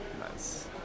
Nice